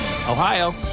Ohio